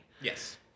Yes